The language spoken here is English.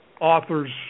authors